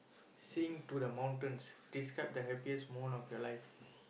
sing to the mountain describe the happiest moment of your life